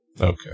Okay